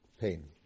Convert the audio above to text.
Pain